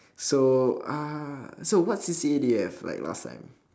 so ah so what C_C_A do you have like last time